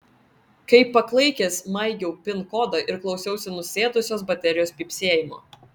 kaip paklaikęs maigiau pin kodą ir klausiausi nusėdusios baterijos pypsėjimo